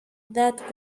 that